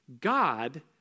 God